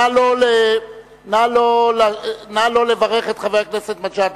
נא לא לברך את חבר הכנסת מג'אדלה,